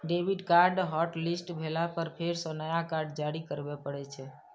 debit card hotlist भेला पर फेर सं नया कार्ड जारी करबे पड़ै छै